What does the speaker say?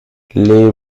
les